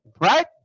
right